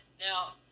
Now